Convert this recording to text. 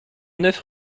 neuf